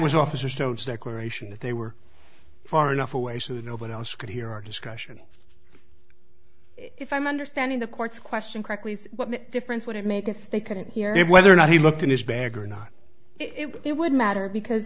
was officer stone speculation that they were far enough away so that nobody else could hear our discussion if i'm understanding the court's question correctly what difference would it make if they couldn't hear it whether or not he looked in his bag or not it would matter because